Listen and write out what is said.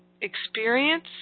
experience